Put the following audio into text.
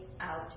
out